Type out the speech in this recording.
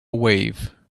wave